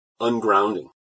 ungrounding